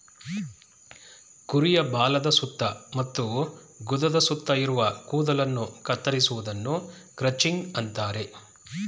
ಕುರಿಯ ಬಾಲದ ಸುತ್ತ ಮತ್ತು ಗುದದ ಸುತ್ತ ಇರುವ ಕೂದಲನ್ನು ಕತ್ತರಿಸುವುದನ್ನು ಕ್ರಚಿಂಗ್ ಅಂತರೆ